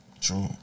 True